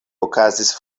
okazis